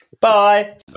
Bye